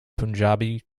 punjabi